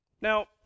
Now